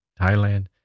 Thailand